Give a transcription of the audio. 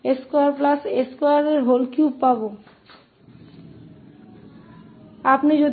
तो सरलीकरण के बाद हम इसे 2ss2a23 प्राप्त करेंगे